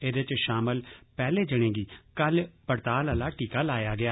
एदे च शामल पहले जने गी कल पड़ताल आहला टीका लाया गेआ